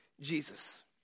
Jesus